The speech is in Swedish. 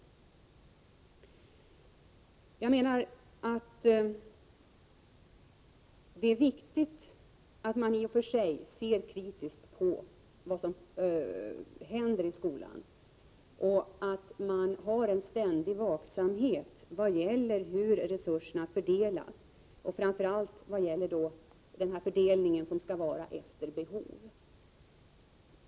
sv SE Re x > Måndagen den Det är i och för sig viktigt att man ser kritiskt på vad som händer i skolan 13 maj 1985 och att man har en ständig vaksamhet vad gäller hur resurserna fördelas och framför allt vad gäller den fördelning som skall ske efter behov.